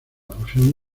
fusión